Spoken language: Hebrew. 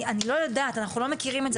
אני לא יודעת אנחנו לא מכירים את זה.